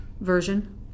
version